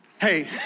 Hey